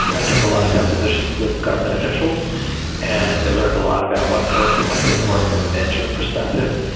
i took a lot of depositions of government officials and i learned a lot about what worked and what didn't work from a management perspective.